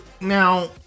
Now